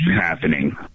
happening